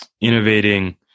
innovating